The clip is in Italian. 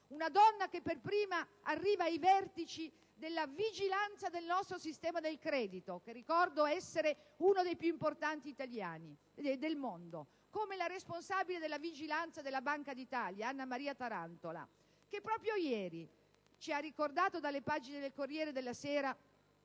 una donna che per prima arriva ai vertici della vigilanza del nostro sistema del credito - che ricordo essere uno dei più importanti al mondo - qual è la responsabile della vigilanza della Banca d'Italia, Anna Maria Tarantola, proprio ieri ci ha ricordato dalle pagine del «Corriere della Sera»